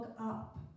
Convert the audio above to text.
up